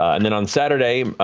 and then on saturday,